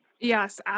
Yes